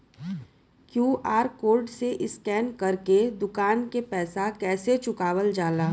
QR code से scan कर के दुकान के पैसा कैसे चुकावल जाला?